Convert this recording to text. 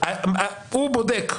הוא בודק.